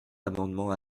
amendements